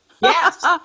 Yes